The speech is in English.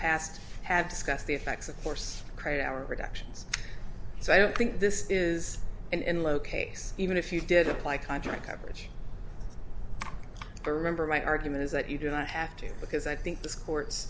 past have discussed the effects of force trade our reductions so i don't think this is and located even if you did apply contract coverage or remember my argument is that you do not have to because i think this court